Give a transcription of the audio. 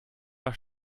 war